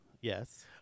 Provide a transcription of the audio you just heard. Yes